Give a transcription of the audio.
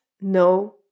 no